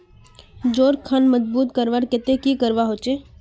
जोड़ खान मजबूत करवार केते की करवा होचए?